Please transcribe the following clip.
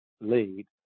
lead